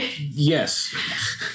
Yes